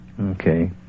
Okay